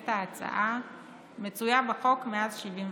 מתייחסת ההצעה מצויה בחוק מ-1973.